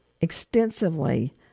extensively